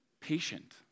patient